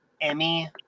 Emmy